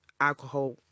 alcohol